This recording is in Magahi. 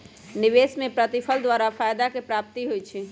निवेश में प्रतिफल द्वारा फयदा के प्राप्ति होइ छइ